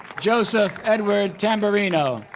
joseph edward tamberino